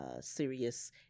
serious